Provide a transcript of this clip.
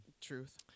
Truth